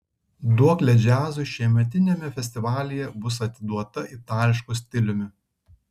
duoklė džiazui šiemetiniame festivalyje bus atiduota itališku stiliumi